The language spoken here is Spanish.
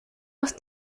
los